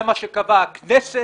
זה מה שקבעה הכנסת